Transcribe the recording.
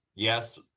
yes